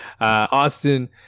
Austin